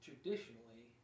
traditionally